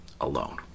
alone